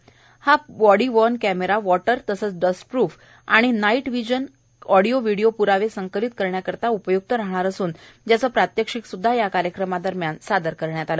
सदर body worn camera water तसेच dust proof तसेच नाईट विजन आणि ऑडीओ व्हीडीओ पुरावे संकलित करण्याकरिता उपय्क्त राहणार असून याचे प्रात्यक्षिक स्द्धा या कार्यक्रमा दरम्यान सादर करण्यात आलं